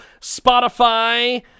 Spotify